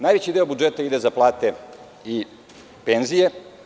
Najveći deo budžeta ide za plate i penzije.